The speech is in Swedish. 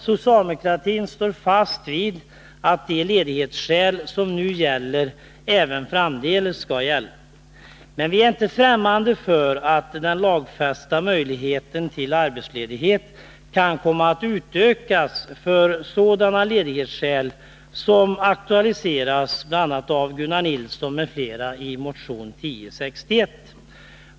Socialdemokratin står alltså fast vid att de ledighetsskäl som nu gäller, även framdeles skall gälla. Men vi är inte främmande för att den lagfästa möjligheten till arbetsledighet kan komma att utökas av sådana skäl som aktualiserats av bl.a. Gunnar Nilsson i motion 1061.